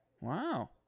Wow